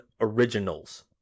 originals